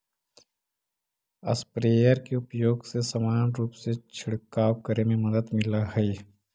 sprayer के उपयोग से समान रूप से छिडकाव करे में मदद मिलऽ हई